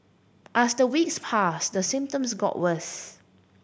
as the weeks passed the symptoms got worse